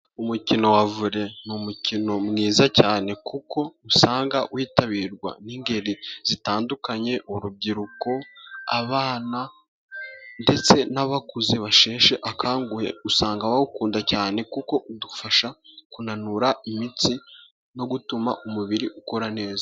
Umukino wa vole ni umukino mwiza cyane kuko usanga witabirwa n'ingeri zitandukanye, urubyiruko, abana ndetse n'abakuze basheshe akanguhe. Usanga bawukunda cyane kuko udufasha kunanura imitsi no gutuma umubiri ukora neza.